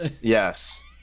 Yes